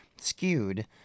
skewed